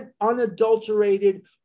unadulterated